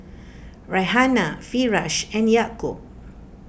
Raihana Firash and Yaakob